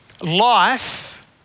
Life